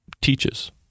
teaches